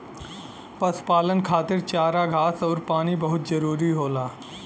पशुपालन खातिर चारा घास आउर पानी बहुत जरूरी होला